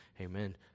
Amen